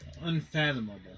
unfathomable